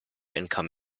income